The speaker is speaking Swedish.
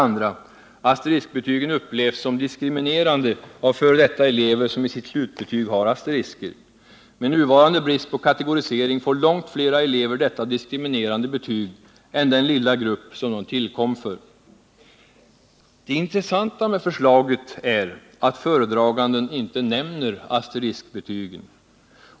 Asteriskbetygen upplevs som diskriminerande av f. d. elever som i sitt slutbetyg har asterisker. Med nuvarande brist på kategorisering får långt flera elever detta diskriminerande betyg än den lilla grupp som de tillkom för. Det intressanta med förslaget är att föredraganden inte nämner asteriskbetygen.